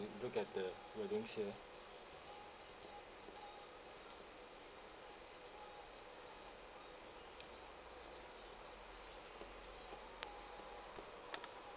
look at the wordings here